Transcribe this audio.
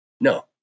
No